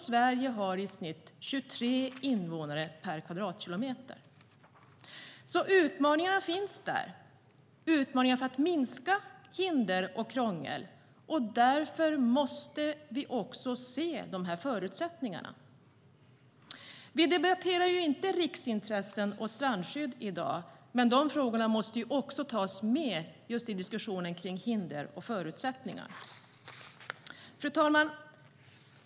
Sverige har i snitt 23 invånare per kvadratkilometer. Fru talman!